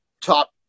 top